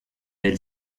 elle